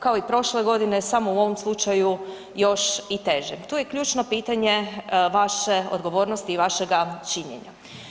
Kao i prošle godine, samo u ovom slučaju još i teže, tu je ključno pitanje vaše odgovornosti i vašega činjenja.